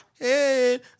head